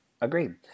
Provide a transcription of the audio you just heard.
agreed